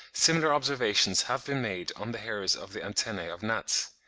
similar observations have been made on the hairs of the antennae of gnats.